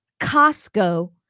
Costco